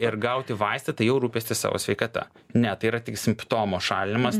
ir gauti vaistą tai jau rūpestis savo sveikata ne tai yra tik simptomo šalinimas